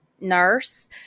nurse